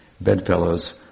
bedfellows